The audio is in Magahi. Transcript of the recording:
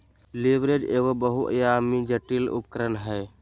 लीवरेज एगो बहुआयामी, जटिल उपकरण हय